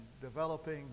developing